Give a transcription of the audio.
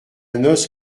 nos